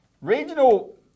Regional